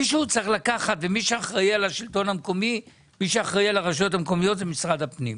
מי שאחראי על הרשויות המקומיות זה משרד הפנים.